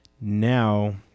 now